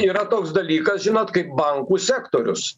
yra toks dalykas žinot kaip bankų sektorius